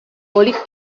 kolik